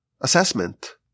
assessment